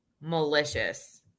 malicious